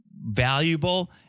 valuable